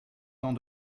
temps